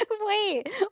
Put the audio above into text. Wait